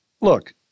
look